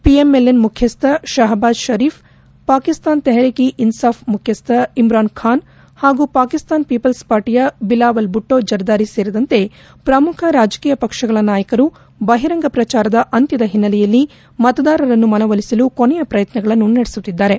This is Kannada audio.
ಒಎಂಎಲ್ಎನ್ ಮುಖ್ಯಸ್ಥ ಶಹಬಾಜ್ ಪರೀಫ್ ಪಾಕಿಸ್ತಾನ ತೆಹ್ರಿಕ್ ಇ ಇನ್ಲಾಫ್ ಮುಖ್ಯಸ್ಥ ಇಮ್ರಾನ್ ಖಾನ್ ಹಾಗೂ ಪಾಕಿಸ್ತಾನ್ ಪೀಪಲ್ಸ್ ಪಾರ್ಟಯ ಬಿಲಾವಲ್ ಭುಟ್ಟೋ ಜರ್ದಾರಿ ಸೇರಿದಂತೆ ಪ್ರಮುಖ ರಾಜಕೀಯ ಪಕ್ಷಗಳ ನಾಯಕರು ಬಹಿರಂಗ ಪ್ರಚಾರದ ಅಂತ್ಯದ ಹಿನ್ನೆಲೆಯಲ್ಲಿ ಮತದಾರರನ್ನು ಮನವೊಲಿಸಲು ಕೊನೆಯ ಪ್ರಯತ್ನಗಳನ್ನು ನಡೆಸುತ್ತಿದ್ದಾರೆ